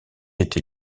été